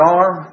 arm